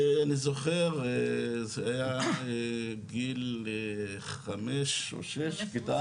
אני זוכר שזה היה גיל חמש או שש, כיתה א'.